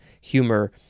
humor